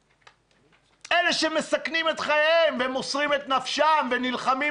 אלה שמסכנים את חייהם ומוסרים את נפשם ונלחמים